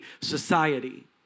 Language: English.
society